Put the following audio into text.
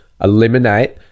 eliminate